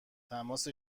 تماس